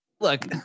look